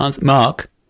Mark